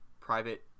private